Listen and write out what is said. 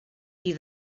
qui